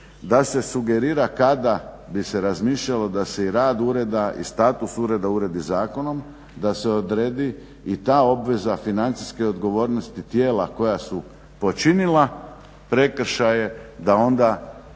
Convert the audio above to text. da se sugerira kada bi se razmišljalo da se i rad ureda i status ureda uredi zakonom, da se odredi i ta obveza financijske odgovornosti tijela koja su počinila prekršaje da onda